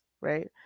right